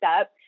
up